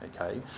Okay